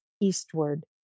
eastward